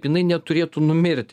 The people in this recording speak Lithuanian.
jinai neturėtų numirt